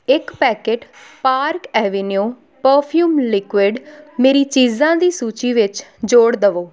ਇੱਕ packet Park Avenue perfume liquid ਮੇਰੀ ਚੀਜ਼ਾਂ ਦੀ ਸੂਚੀ ਵਿੱਚ ਜੋੜ ਦੇਵੋ